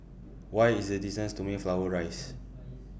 What IS The distance to Mayflower Rise